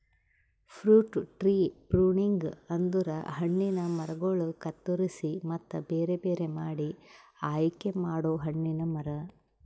fruit tree pruning ಅಂದುರ್ ಹಣ್ಣಿನ ಮರಗೊಳ್ ಕತ್ತುರಸಿ ಮತ್ತ ಬೇರೆ ಬೇರೆ ಮಾಡಿ ಆಯಿಕೆ ಮಾಡೊ ಹಣ್ಣಿನ ಮರ